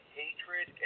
hatred